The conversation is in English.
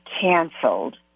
canceled